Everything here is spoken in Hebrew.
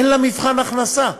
אין לה מבחן הכנסה,